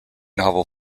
novel